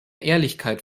ehrlichkeit